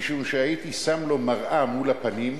משום שהייתי שם לו מראה מול הפנים,